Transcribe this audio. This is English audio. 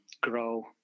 grow